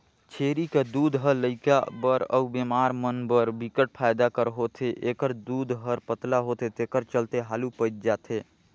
छेरी कर दूद ह लइका बर अउ बेमार मन बर बिकट फायदा कर होथे, एखर दूद हर पतला होथे तेखर चलते हालु पयच जाथे